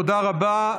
תודה רבה.